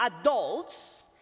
adults